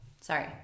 Sorry